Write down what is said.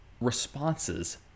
responses